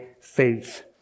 faith